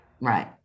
Right